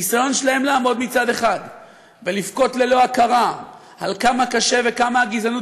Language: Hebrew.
הניסיון שלהם לעמוד מצד אחד ולבכות ללא הכרה על כמה קשה וכמה הגזענות